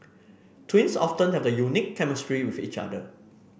twins often have a unique chemistry with each other